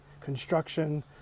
construction